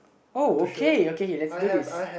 oh okay okay let's do this